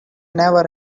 never